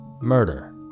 murder